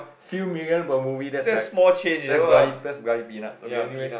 few million per movie that's like that's bloody that's bloody peanuts okay anyway